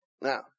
Now